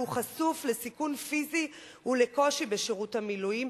והוא חשוף לסיכון פיזי ולקושי בשירות המילואים,